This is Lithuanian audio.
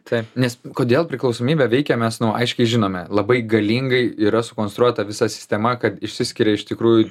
taip nes kodėl priklausomybė veikia mes aiškiai žinome labai galingai yra sukonstruota visa sistema kad išsiskiria iš tikrųjų